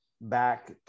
back